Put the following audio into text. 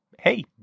hey